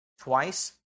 twice